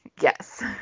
Yes